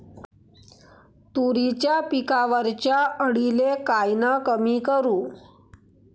तुरीच्या पिकावरच्या अळीले कायनं कमी करू?